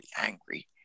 angry